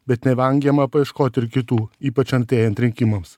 bet nevengiama paieškoti ir kitų ypač artėjant rinkimams